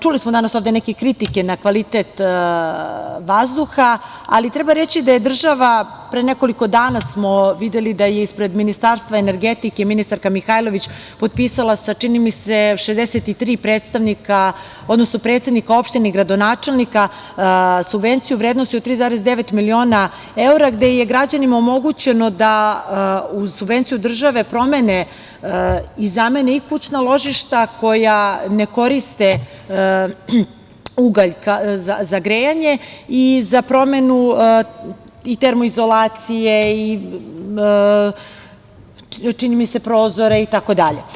Čuli smo ovde danas neke kritike na kvalitet vazduha, ali treba reći da je država, pre nekoliko dana smo videli da je ispred Ministarstva energetike ministarka Mihajlović potpisala sa, čini mi se, 63 predsednika opština i gradonačelnika, subvenciju vrednosti od 3,9 miliona evra, gde je građanima omogućeno da uz subvenciju države promene i zamene i kućna ložišta koja ne koriste ugalj za grejanje i za promenu termoizolacije, prozora, itd.